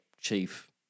chief